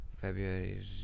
February